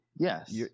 Yes